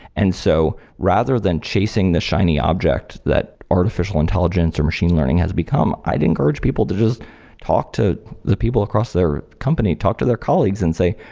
and so rather than chasing the shiny object that artificial intelligence or machine learning has become, i'd encourage people to just talk to the people across their company, talk to their colleagues and say,